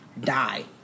die